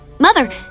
Mother